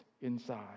inside